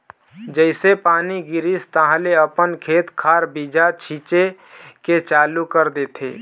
जइसे पानी गिरिस तहाँले अपन खेत खार बीजा छिचे के चालू कर देथे